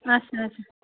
اچھا اچھا